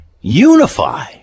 Unify